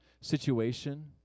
situation